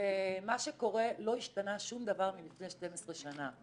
ומה שקורה, לא השתנה שום דבר מלפני 12 שנה.